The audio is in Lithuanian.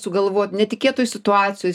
sugalvot netikėtoj situacijoj